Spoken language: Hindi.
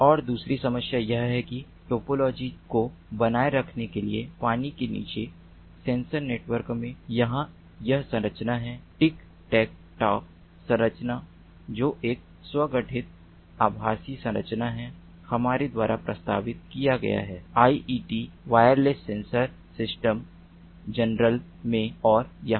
और दूसरी समस्या यह है कि टोपोलॉजी को बनाए रखने के लिए पानी के नीचे सेंसर नेटवर्क में यहां यह संरचना है टिक टेक टॉ संरचना जो एक स्व संगठित आभासी संरचना है हमारे द्वारा प्रस्तावित किया गया है IET wireless sensor system journal में और यहां